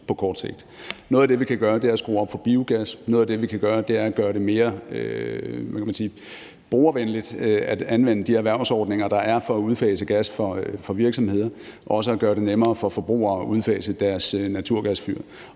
Noget af det, vi kan gøre, er at skrue op for biogas; noget af det, vi kan gøre, er at gøre det mere, hvad kan man sige, brugervenligt for virksomheder at anvende de erhvervsordninger, der er, for at udfase gas og også at gøre det nemmere for forbrugere at udfase deres naturgasfyr.